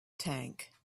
tank